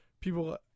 people